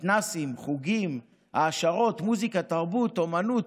מתנ"סים, חוגים, העשרות, מוזיקה, תרבות, אומנות,